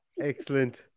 Excellent